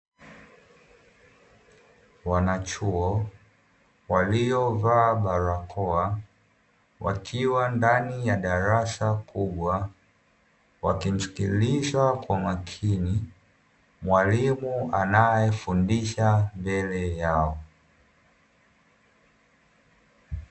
Wanachuo waliovaa barakoa, wakiwa ndani ya darasa kubwa wakimsikiliza kwa makini mwalimu anaefundisha mbele yao.